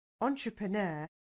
entrepreneur